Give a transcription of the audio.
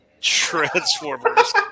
Transformers